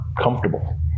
comfortable